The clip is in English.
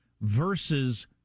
versus